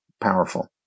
powerful